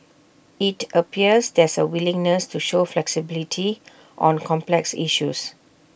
IT appears there's A willingness to show flexibility on complex issues